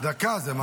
צדקה זה מעשרות.